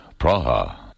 Praha